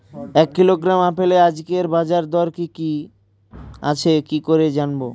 এক কিলোগ্রাম আপেলের আজকের বাজার দর কি কি আছে কি করে জানবো?